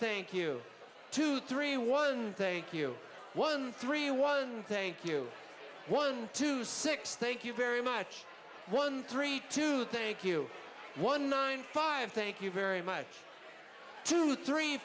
think you two three one thank you one three one thank you one to six thank you very much one three two thank you one nine five thank you very much two three